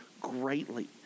greatly